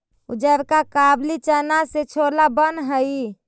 उजरका काबली चना से छोला बन हई